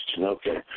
Okay